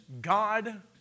God